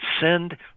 send